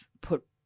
put